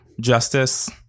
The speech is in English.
justice